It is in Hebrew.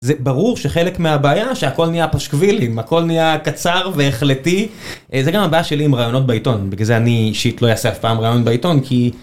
זה ברור שחלק מהבעיה שהכל נהיה פשקבילים הכל נהיה קצר והחלטי זה גם הבעיה שלי עם ראיונות בעיתון בגלל זה אני אישית לא אעשה אף פעם ראיון בעיתון כי.